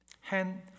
hand